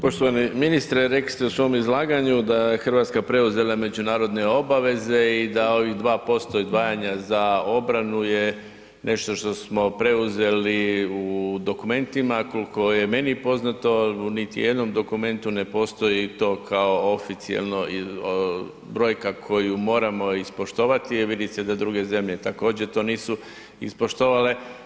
Poštovani ministre rekli ste u svom izlaganju da je Hrvatska preuzela međunarodne obaveze i da ovih 2% izdvajanja za obranu je nešto što smo preuzeli u dokumentima, kolko je meni poznato u niti jednom dokumentu ne postoji to kao oficijelno brojka koju moramo ispoštovati jer vidi se da druge zemlje također to nisu ispoštovale.